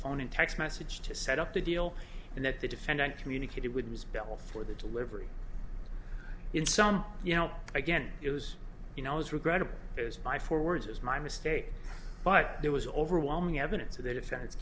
phone and text messaged to set up the deal and that the defendant communicated with ms bell for the delivery in some you know again it was you know is regrettable is my forwards is my mistake but there was overwhelming evidence of the defendant